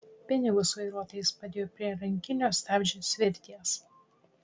pinigus vairuotojas padėjo prie rankinio stabdžio svirties